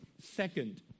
Second